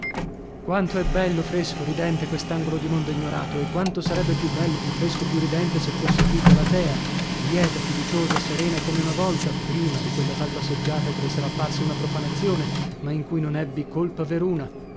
quanto è bello fresco ridente quest'angolo di mondo ignorato e quanto sarebbe più bello più fresco più ridente se fosse qui galatea lieta fiduciosa serena come una volta prima di quella tal passeggiata che le sarà parsa una profanazione ma in cui non ebbi colpa veruna